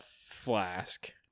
flask